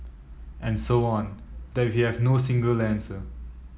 and so on that we have no single answer